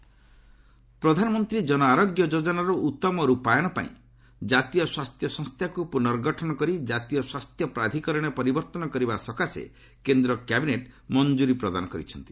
cabinet ପ୍ରଧାନମନ୍ତ୍ରୀ ଜନ ଆରୋଗ୍ୟ ଯୋଜନାର ଉଉମ ରୂପାୟନ ପାଇଁ ଜାତୀୟ ସ୍ୱାସ୍ଥ୍ୟ ସଂସ୍ଥାକୁ ପୁନର୍ଗଠନ କରି କାତୀୟ ସ୍ୱାସ୍ଥ୍ୟ ପ୍ରାଧକରଣରେ ପରିବର୍ତ୍ତନ କରିବାପାଇଁ କେନ୍ଦ୍ର କ୍ୟାବିନେଟ୍ ମଞ୍ଜୁରି ପ୍ରଦାନ କରିଛନ୍ତି